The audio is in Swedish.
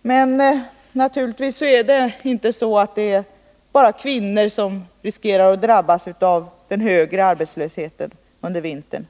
Men naturligtvis är det inte bara kvinnor som riskerar att drabbas av den högre arbetslösheten under vintern.